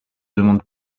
demande